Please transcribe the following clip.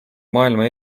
maailma